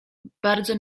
bardzo